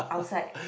outside